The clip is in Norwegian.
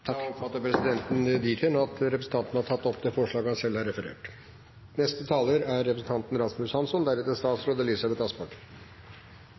Da oppfatter presidenten det dit hen at representanten Torgeir Knag Fylkesnes har tatt opp det forslaget han selv har referert